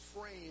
frame